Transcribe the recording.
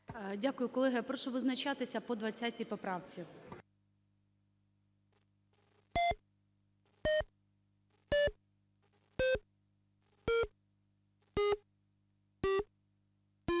Дякую. Колеги, прошу визначатися по 20 поправці.